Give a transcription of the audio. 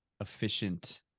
efficient